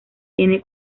tiene